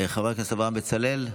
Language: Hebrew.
חבר הכנסת אברהם בצלאל.